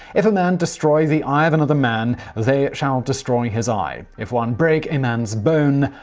if a man destroy the eye of another man, they shall destroy his eye. if one break a man's bone,